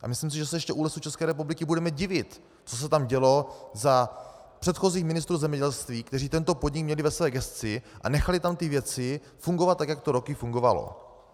A myslím si, že se ještě u Lesů České republiky budeme divit, co se tam dělo za předchozích ministrů zemědělství, kteří tento podnik měli ve své gesci a nechali tam ty věci fungovat tak, jak to roky fungovalo.